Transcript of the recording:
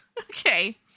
Okay